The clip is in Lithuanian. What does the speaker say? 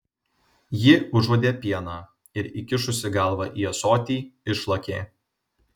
ji užuodė pieną ir įkišusi galvą į ąsotį išlakė